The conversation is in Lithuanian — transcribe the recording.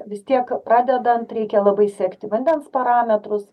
vis tiek pradedant reikia labai sekti vandens parametrus